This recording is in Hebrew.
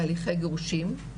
בהליכי גירושים,